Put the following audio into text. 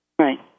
Right